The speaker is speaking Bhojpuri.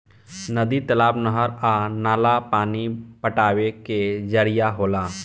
नदी, तालाब, नहर आ नाला पानी पटावे के जरिया होला